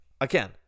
Again